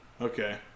Okay